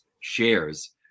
shares